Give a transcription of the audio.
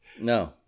No